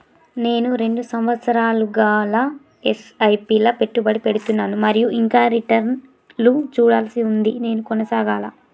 నేను రెండు సంవత్సరాలుగా ల ఎస్.ఐ.పి లా పెట్టుబడి పెడుతున్నాను మరియు ఇంకా రిటర్న్ లు చూడాల్సి ఉంది నేను కొనసాగాలా?